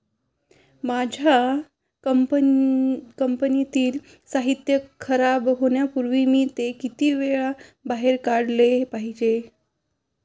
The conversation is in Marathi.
माझ्या कंपनीतील साहित्य खराब होण्यापूर्वी मी ते किती वेळा बाहेर काढले पाहिजे?